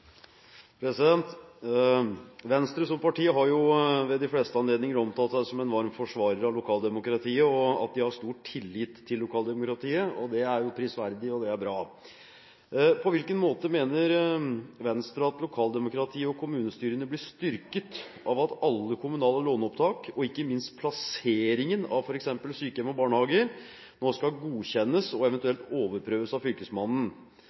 Venstre har ved de fleste anledninger omtalt seg selv som en varm forsvarer av lokaldemokratiet og sagt at de har stor tillit til lokaldemokratiet. Det er prisverdig og bra. På hvilken måte mener Venstre at lokaldemokratiet og kommunestyrene blir styrket av at alle kommunale låneopptak og ikke minst plasseringen av f.eks. sykehjem og barnehager nå skal godkjennes og eventuelt overprøves av Fylkesmannen?